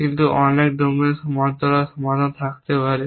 কিন্তু অনেক ডোমেইনের সমান্তরাল সমাধান থাকতে পারে